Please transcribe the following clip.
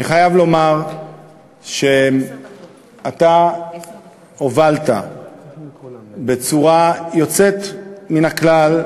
אני חייב לומר שאתה הובלת בצורה יוצאת מן הכלל,